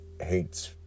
hates